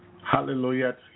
hallelujah